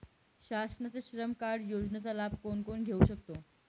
शासनाच्या श्रम कार्ड योजनेचा लाभ कोण कोण घेऊ शकतो?